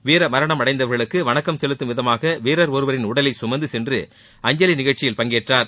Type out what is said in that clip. வீர மரணம் அடைந்தவர்களுக்கு வணக்கம் செலுத்தும் விதமாக வீரர் ஒருவரின் உடலை சுமந்து சென்று அஞ்சலி நிகழ்ச்சியில் பங்கேற்றார்